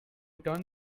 turned